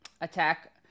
attack